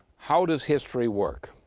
how does history work?